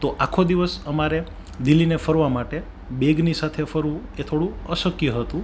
તો આખો દિવસ અમારે દિલ્હી ને ફરવા માટે બેગની સાથે ફરવું એ થોડું અશક્ય હતું